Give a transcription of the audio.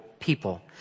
people